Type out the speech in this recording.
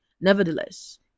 Nevertheless